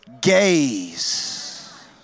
gaze